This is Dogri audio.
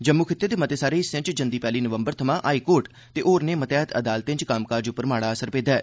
जम्मू खित्ते दे मते सारे हिस्सें च जंदी पैहली नवम्बर थमां हाईकोर्ट ते होरनें मतैहत अदालतें च कम्मकाज पर माड़ा असर पेदा ऐ